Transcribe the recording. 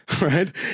right